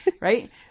right